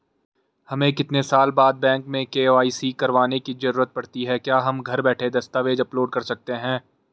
हमें कितने साल बाद बैंक में के.वाई.सी करवाने की जरूरत पड़ती है क्या हम घर बैठे दस्तावेज़ अपलोड कर सकते हैं?